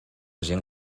gent